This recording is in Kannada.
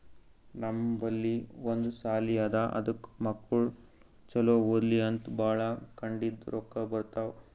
ನಮ್ ಬಲ್ಲಿ ಒಂದ್ ಸಾಲಿ ಅದಾ ಅದಕ್ ಮಕ್ಕುಳ್ ಛಲೋ ಓದ್ಲಿ ಅಂತ್ ಭಾಳ ಕಡಿಂದ್ ರೊಕ್ಕಾ ಬರ್ತಾವ್